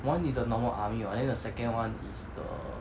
one is the normal army [one] then the second [one] is the